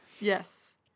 Yes